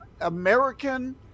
American